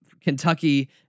kentucky